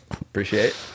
appreciate